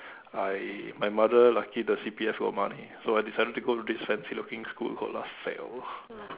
I my mother lucky the C_P_F got money so I decided to go to this fancy looking school called Laselle